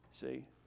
See